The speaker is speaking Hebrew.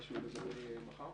הישיבה ננעלה בשעה